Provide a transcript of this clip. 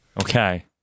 Okay